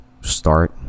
start